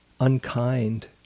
unkind